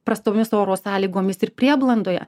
prastomis oro sąlygomis ir prieblandoje